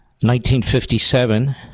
1957